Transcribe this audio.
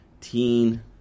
teen